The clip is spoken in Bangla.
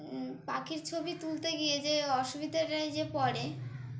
পাখির ছবি তুলতে গিয়ে যে অসুবিধারটাই যে পড়ে